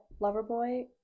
Loverboy